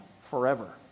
forever